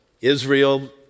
Israel